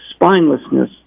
spinelessness